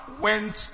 went